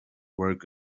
work